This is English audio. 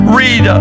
read